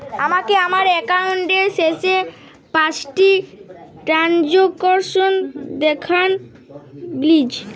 আমাকে আমার একাউন্টের শেষ পাঁচটি ট্রানজ্যাকসন দেখান প্লিজ